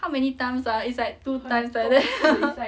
how many times ah it's like two times like that haha